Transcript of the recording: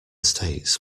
states